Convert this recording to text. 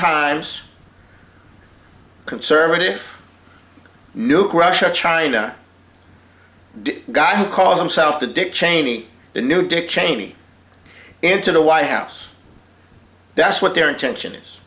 times conservative nuke russia china the guy who calls himself the dick cheney the new dick cheney into the white house that's what their intention is